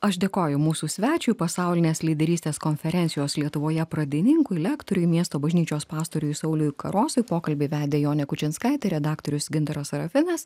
aš dėkoju mūsų svečiui pasaulinės lyderystės konferencijos lietuvoje pradininkui lektoriui miesto bažnyčios pastoriui sauliui karosui pokalbį vedė jonė kučinskaitė redaktorius gintaras serafinas